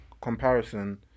comparison